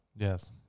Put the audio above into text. Yes